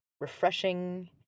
refreshing